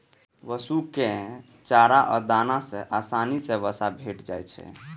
पशु कें चारा आ दाना सं आसानी सं वसा भेटि जाइ छै